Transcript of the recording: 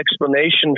explanation